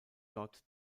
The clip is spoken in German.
dort